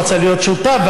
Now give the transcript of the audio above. רצה להיות שותף,